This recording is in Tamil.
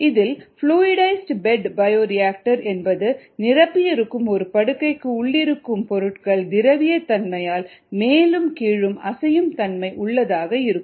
இதில் புளுஇடைஸ்டு பெட் பயோரியாக்டர் என்பது நிரப்பி இருக்கும் ஒரு படுக்கைக்கு உள்ளிருக்கும் பொருட்கள் திரவிய தன்மையால் மேலும் கீழும் அசையும் தன்மை உள்ளதாக இருக்கும்